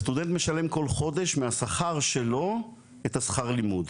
הסטודנט משלם כל חודש מהשכר שלו את השכר לימוד,